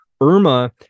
Irma